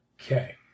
Okay